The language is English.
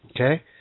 okay